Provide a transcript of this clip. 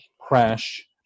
crash